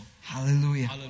Hallelujah